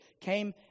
came